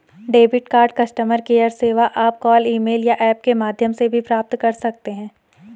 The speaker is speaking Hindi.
डेबिट कार्ड कस्टमर केयर सेवा आप कॉल ईमेल या ऐप के माध्यम से भी प्राप्त कर सकते हैं